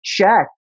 Shaq